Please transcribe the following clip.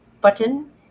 button